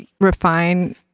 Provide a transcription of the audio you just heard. refine